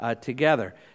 together